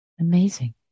amazing